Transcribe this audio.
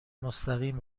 مستقیم